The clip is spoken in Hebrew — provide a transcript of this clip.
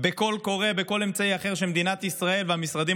בקול קורא ובכל אמצעי אחר שמדינת ישראל והמשרדים